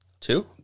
Two